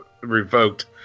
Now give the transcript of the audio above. revoked